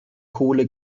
kohle